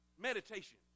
meditation